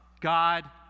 God